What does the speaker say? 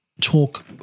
talk